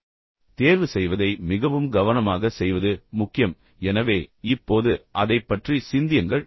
எனவே தேர்வு செய்வதை மிகவும் கவனமாக செய்வது முக்கியம் எனவே இப்போது அதைப் பற்றி சிந்தியுங்கள்